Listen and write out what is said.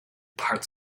part